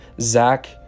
Zach